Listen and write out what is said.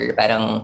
parang